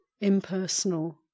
impersonal